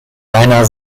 deiner